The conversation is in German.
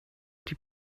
die